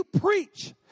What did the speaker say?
preach